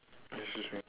excuse me